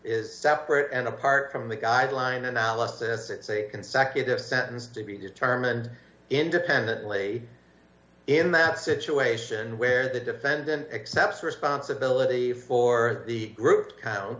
is separate and apart from the guideline analysis it's a consecutive sentence to be determined independently in that situation where the defendant accept responsibility for the group